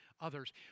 others